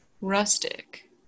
rustic